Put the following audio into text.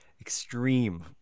extreme